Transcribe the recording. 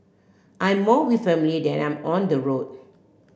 I am more with family than I am on the road